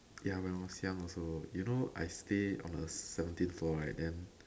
ya when was young also you know I stay on the seventeen floor right then